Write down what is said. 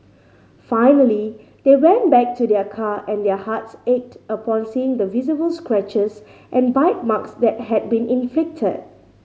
finally they went back to their car and their hearts ached upon seeing the visible scratches and bite marks that had been inflicted